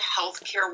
healthcare